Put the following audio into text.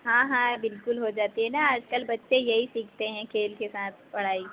हाँ हाँ बिल्कुल हो जाती है ना आजकल बच्चे यही सीखते हैं खेल के साथ पढ़ाई